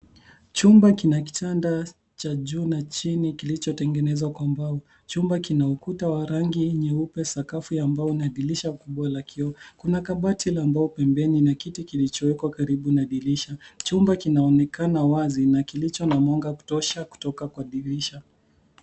Chumba kina kitanda cha juu na chini kilichotengenezwa kwa mbao chumba kina ukuta wa rangi nyeupe sakafu ya mbao na dirisha kubwa la kioo, kuna kabati la mbao pembeni na kiti kilichowekwa karibu na dirisha ,chumba kinaonekana wazi na kilicho na mwanga kutosha kutoka kwa dirisha.